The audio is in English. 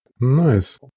Nice